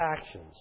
actions